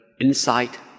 insight